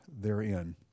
therein